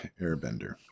airbender